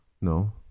no